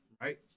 right